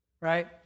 right